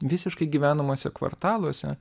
visiškai gyvenamuose kvartaluose